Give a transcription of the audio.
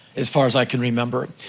as far as i can remember.